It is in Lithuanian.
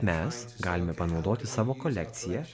mes galime panaudoti savo kolekciją